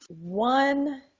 one